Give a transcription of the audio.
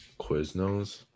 Quiznos